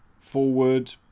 forward